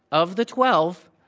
of the twelve,